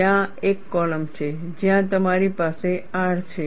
ત્યાં એક કૉલમ છે જ્યાં તમારી પાસે R છે